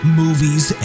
movies